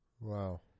Wow